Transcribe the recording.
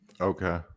Okay